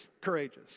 courageous